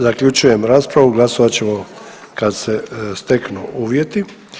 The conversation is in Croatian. Zaključujem raspravu, glasovat ćemo kad se steknu uvjeti.